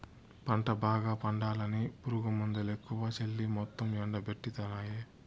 పంట బాగా పండాలని పురుగుమందులెక్కువ చల్లి మొత్తం ఎండబెట్టితినాయే